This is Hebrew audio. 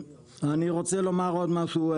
אני רוצה לומר עוד משהו.